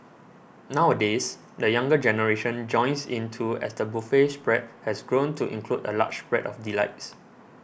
nowadays the younger generation joins in too as the buffet spread has grown to include a large spread of delights